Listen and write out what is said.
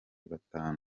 batanu